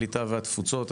הקליטה והתפוצות.